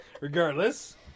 regardless